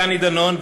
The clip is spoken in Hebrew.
דני דנון,